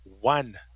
One